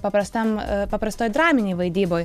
paprastam paprastoj draminėj vaidyboj